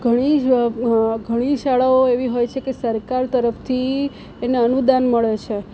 ઘણી જ ઘણી શાળાઓ એવી હોય છે કે સરકાર તરફથી એને અનુદાન મળે છે